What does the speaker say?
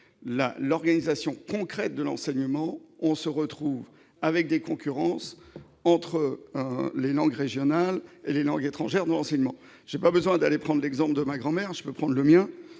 l'organisation concrète de l'enseignement, on se retrouve avec une concurrence entre les langues régionales et les langues étrangères dans l'enseignement. Je n'ai pas besoin d'aller prendre l'exemple de ma grand-mère ; le mien